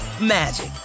magic